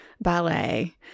ballet